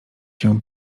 się